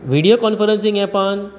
video conferencing एपान